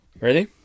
Ready